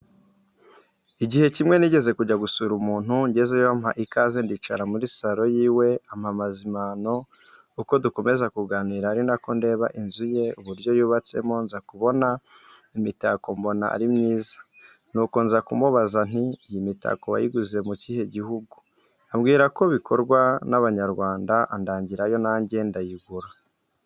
Igihe kimwe nigeze kujya gusura umuntu ngezeyo ampa ikaze ndicara muri saro yiwe ampa amazimano uko dukomeza kuganira arinako ndeba inzu ye uburyo yubatsemo nzakubona imitako mbona arimyiza. nuko nzakumubaza nti iyimitako wayiguze mukihe gihugu? ambwira kobikorwa nabanyarwanda andangirayo najye nadayigura.